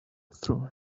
through